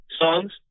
songs